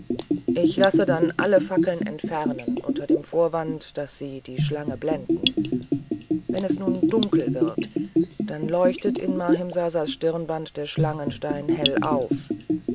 ich lasse dann alle fackeln entfernen unter dem vorwand daß sie die schlange blenden wenn es nun dunkel wird dann leuchtet in mahimsasas stirnband der schlangenstein hell auf